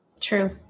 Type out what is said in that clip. True